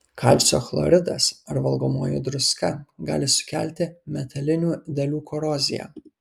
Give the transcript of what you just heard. kalcio chloridas ar valgomoji druska gali sukelti metalinių dalių koroziją